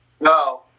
No